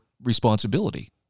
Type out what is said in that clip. responsibility